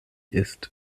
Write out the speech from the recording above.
ist